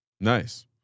Nice